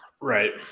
Right